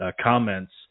comments